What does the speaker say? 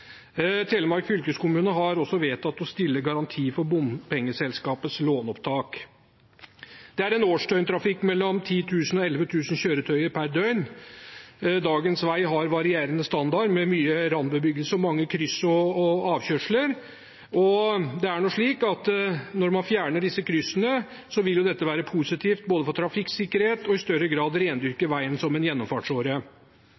Telemark fylkeskommune har også vedtatt å stille garanti for bompengeselskapets låneopptak. Det er en årsdøgntrafikk på mellom 10 000 og 11 000 kjøretøy per døgn. Dagens vei har varierende standard med mye randbebyggelse og mange kryss og avkjørsler. Når man fjerner disse kryssene, vil det være positivt for trafikksikkerheten og i større grad